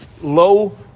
low